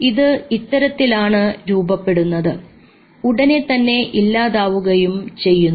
ഇത് ഇത്തരത്തിലാണ് രൂപപ്പെടുന്നത് ഉടനെതന്നെ ഇല്ലാതാവുകയും ചെയ്യുന്നു